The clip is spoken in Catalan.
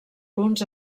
punts